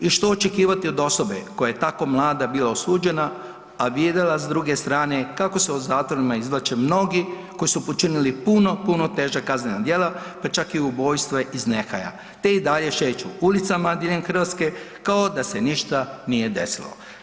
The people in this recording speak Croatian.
I što očekivati od osobe koja je tako mlada bila osuđena, a … s druge strane kako se u zatvorima izvlače mnogi koji su počinili puno, puno teža kaznena djela pa čak i ubojstva iz nehaja te i dalje šeću ulicama diljem Hrvatske kao da se ništa nije desilo.